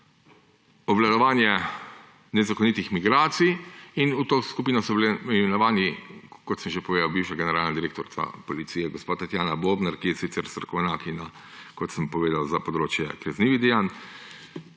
obvladovanje nezakonitih migracij in v to skupino so bili imenovani, kot sem že povedal, bivša generalna direktorica Policije gospa Tatjana Bobnar, ki je sicer strokovnjakinja, kot sem povedal, za področje kaznivih dejanj;